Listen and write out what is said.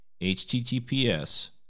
https